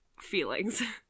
feelings